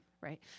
Right